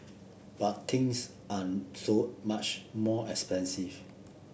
but things are so much more expensive